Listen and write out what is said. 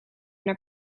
naar